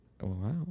Wow